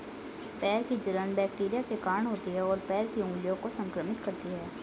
पैर की जलन बैक्टीरिया के कारण होती है, और पैर की उंगलियों को संक्रमित करती है